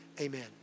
amen